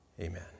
Amen